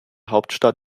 hauptstadt